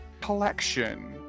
collection